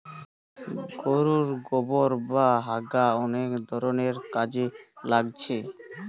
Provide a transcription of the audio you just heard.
গোরুর গোবোর বা হাগা অনেক ধরণের কাজে লাগছে